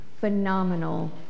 Phenomenal